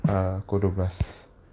ah pukul dua belas